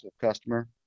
customer